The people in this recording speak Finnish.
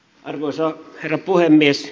arvoisa herra puhemies